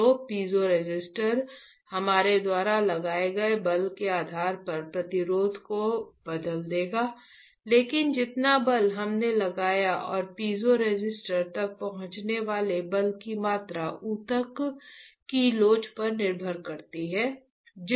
तो पीज़ोरेसिस्टर हमारे द्वारा लगाए गए बल के आधार पर प्रतिरोध को बदल देगा लेकिन जितना बल हमने लगाया और पीज़ोरेसिस्टर तक पहुंचने वाले बल की मात्रा ऊतक की लोच पर निर्भर करती है